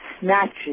Snatches